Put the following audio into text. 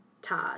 Todd